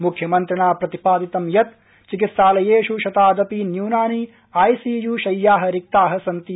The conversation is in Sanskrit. मुख्यमन्त्रिणा प्रतिपादितं यत् चिकित्सालयेषु शतादपि न्यूनानि आईसीयू शय्या रिक्ता सन्ति